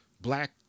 black